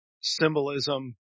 symbolism